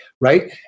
right